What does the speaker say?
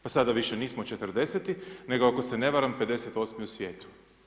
Pa sada više nismo 40. nego ako se ne varam 58. u svijetu.